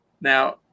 now